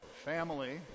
family